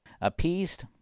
appeased